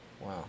Wow